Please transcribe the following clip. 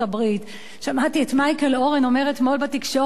שמעתי את מייקל אורן אומר אתמול בתקשורת האמריקנית